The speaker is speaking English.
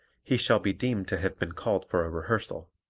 he shall be deemed to have been called for a rehearsal.